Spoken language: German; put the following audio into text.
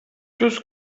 das